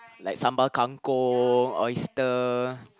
like sambal kang-kong oyster